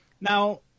Now